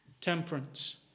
temperance